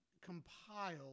compile